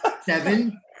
seven